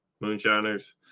moonshiners